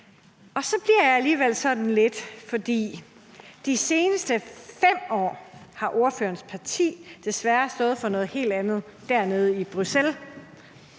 og så bliver jeg alligevel sådan lidt forundret. For de seneste 5 år har ordførerens parti desværre stået for noget helt andet dernede i Bruxelles.